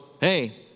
hey